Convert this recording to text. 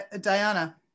Diana